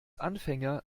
anfänger